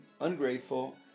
ungrateful